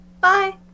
Bye